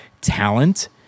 talent